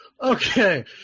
Okay